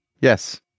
yes